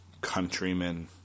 countrymen